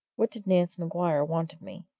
what did nance maguire want of me?